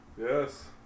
Yes